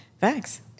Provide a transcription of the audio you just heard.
Thanks